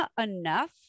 enough